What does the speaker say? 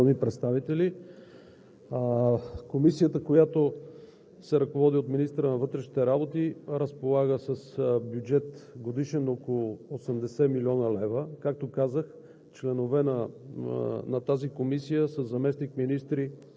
Благодаря, госпожо Председател. Уважаема госпожо Председател, уважаеми дами и господа народни представители! Комисията, която се ръководи от министъра на вътрешните работи, разполага с годишен бюджет около 80 млн. лв.